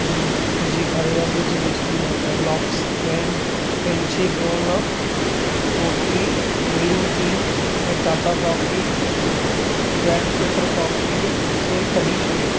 म मुंहिंजी खरीदारीअ जी लिस्ट मां Kellogg's crane crunchy granola totally green tea ऐं Tata coffee grand filter coffee खे कढी छॾियो